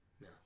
No